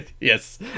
Yes